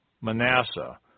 Manasseh